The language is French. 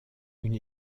une